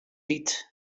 wyt